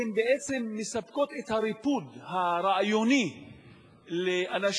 הן בעצם מספקות את הריפוד הרעיוני לאנשים